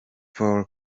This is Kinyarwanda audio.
for